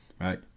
Right